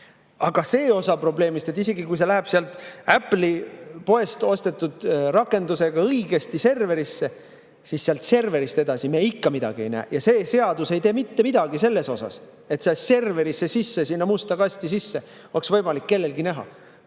Aga [teine] osa probleemist on see, et isegi kui see [hääl] läheb sealt Apple'i poest ostetud rakenduse abil õigesti serverisse, siis sealt serverist edasi me ikka midagi ei näe. See seadus ei tee mitte midagi selleks, et serverisse sisse, sinna musta kasti sisse oleks võimalik kellelgi näha.